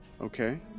Okay